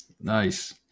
Nice